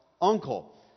uncle